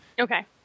okay